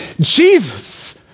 Jesus